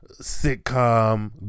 sitcom